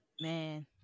man